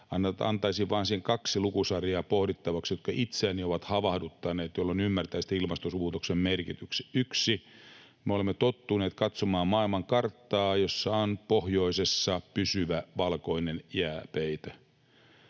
pohdittavaksi kaksi lukusarjaa, jotka itseäni ovat havahduttaneet, jolloin ymmärtäisitte ilmastonmuutoksen merkityksen: Me olemme tottuneet katsomaan maailmankarttaa, jossa on pohjoisessa pysyvä valkoinen jääpeite.